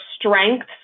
strengths